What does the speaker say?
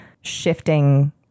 shifting